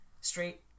straight